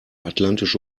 atlantische